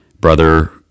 brother